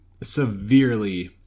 severely